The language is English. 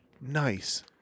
nice